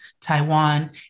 Taiwan